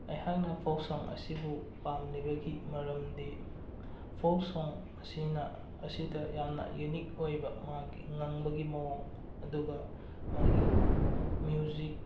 ꯑꯩꯍꯥꯛꯅ folk song ꯑꯁꯤꯕꯨ ꯄꯥꯝꯂꯤꯕꯒꯤ ꯃꯇꯝꯗꯤ ꯐꯣꯛ ꯁꯣꯡ ꯑꯁꯤꯅ ꯑꯁꯤꯗ ꯌꯥꯝꯅ ꯌꯨꯅꯤꯛ ꯑꯣꯏꯕ ꯃꯥꯒꯤ ꯉꯪꯕꯒꯤ ꯃꯑꯣꯡ ꯑꯗꯨꯒ ꯃꯥꯒꯤ ꯃꯤꯌꯨꯖꯤꯛ